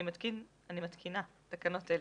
אני מתקינה תקנות אלה: